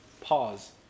Pause